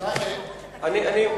אני,